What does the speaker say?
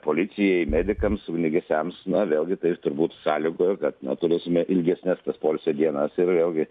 policijai medikams ugniagesiams na vėlgi tai turbūt sąlygoja kad na turėsime ilgesnes tas poilsio dienas ir vėlgi